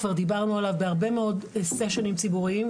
כבר דיברנו עליו בהרבה מאוד סשנים ציבוריים,